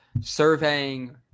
surveying